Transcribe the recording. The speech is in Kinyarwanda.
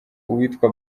uwitwa